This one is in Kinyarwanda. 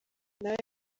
nawe